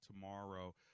tomorrow